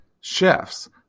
chefs